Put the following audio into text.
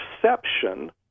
perception